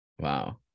Wow